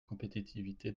compétitivité